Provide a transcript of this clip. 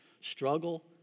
Struggle